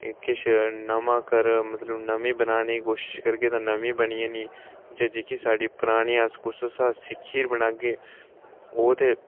किश नमां करना मतलब नमां बनाने दी कोशश करगे तां नमीं बनी जानी कि जेह्की साढ़ी परानी अस कुसै शा सिक्खियै बनागे ओह् ते